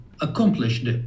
accomplished